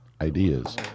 ideas